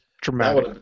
dramatic